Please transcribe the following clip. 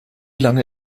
lange